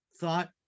thought